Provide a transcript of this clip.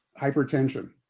Hypertension